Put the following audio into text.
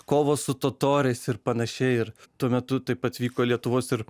kovos su totoriais ir panašiai ir tuo metu taip pat vyko lietuvos ir